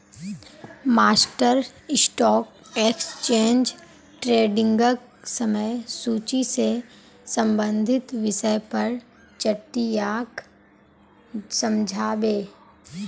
master stock exchange ट्रेडिंगक समय सूची से संबंधित विषय पर चट्टीयाक समझा बे